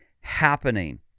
happening